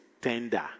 tender